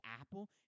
apple